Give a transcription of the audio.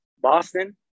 Boston